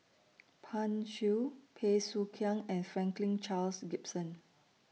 Pan Shou Bey Soo Khiang and Franklin Charles Gimson